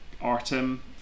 Artem